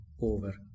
over